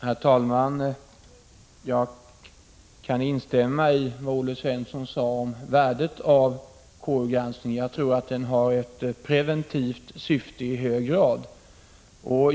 Herr talman! Jag kan instämma i det som Olle Svensson sade om värdet av KU-granskningen. Jag tror att den har ett i hög grad preventivt syfte.